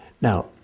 Now